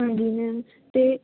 ਹਾਂਜੀ ਮੈਮ ਅਤੇ